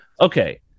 Okay